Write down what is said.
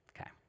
Okay